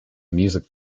music